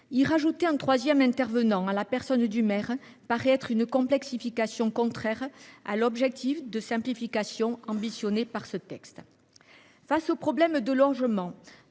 Y ajouter un troisième intervenant, en la personne du maire, paraît être une complexification contraire à l’objectif de simplification ambitionné par les auteurs de ce texte. Face au problème du logement,